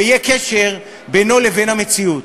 ויהיה קשר בינו לבין המציאות.